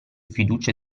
fiducia